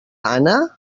anna